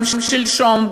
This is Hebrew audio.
גם שלשום,